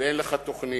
ואין לך תוכנית,